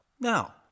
Now